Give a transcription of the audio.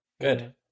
good